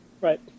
Right